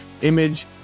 image